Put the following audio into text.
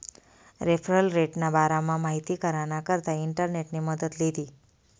referral रेटना बारामा माहिती कराना करता इंटरनेटनी मदत लीधी